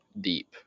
deep